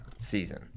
season